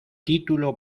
título